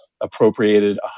appropriated